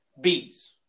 bees